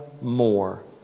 more